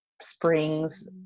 springs